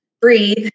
breathe